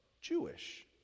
Jewish